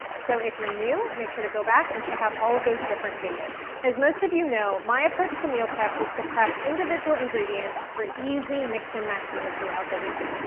so, if you're new, make sure to go back and check out all of those different videos. as most of you know, my approach to meal prep is to prep individual ingredients for easy mix-and-match meals throughout the week.